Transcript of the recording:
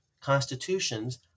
constitutions